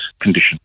condition